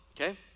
okay